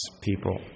people